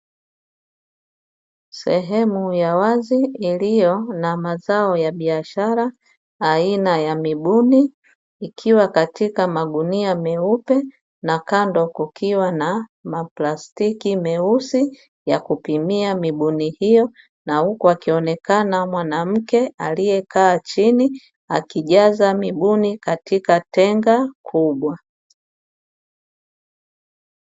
Sehemu ya wazi iliyo na mazao ya biashara aina ya mibuni, ikiwa katika magunia meupe na kando kukiwa na maplastiki meusi ya kupimia mibuni hiyo na huku akionekana mwanamke aliyekaa chini akijaza mibuni katika tenga kubwa.